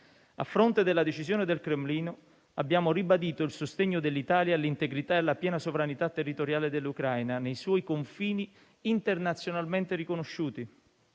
A fronte della decisione del Cremlino, abbiamo ribadito il sostegno dell'Italia all'integrità e alla piena sovranità territoriale dell'Ucraina nei suoi confini internazionalmente riconosciuti